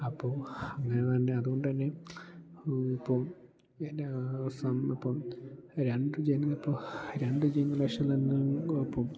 അപ്പോൾ അങ്ങനെ തന്നെ അതുകൊണ്ടുതന്നെ ഇപ്പോൾ എൻ്റെ ഇപ്പം രണ്ട് ജന ഇപ്പോൾ രണ്ടു ജനലക്ഷം തന്നെ ഇപ്പോൾ